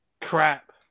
crap